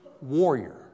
warrior